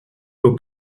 aux